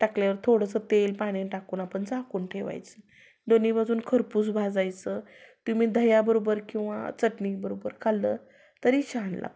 टाकल्यावर थोडंसं तेल पाणी टाकून आपण झाकून ठेवायचं दोन्ही बाजूनं खरपूस भाजायचं तुम्ही दह्याबरोबर किंवा चटणीबरोबर खाल्लं तरी छान लागतं